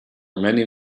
many